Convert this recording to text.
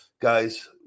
Guys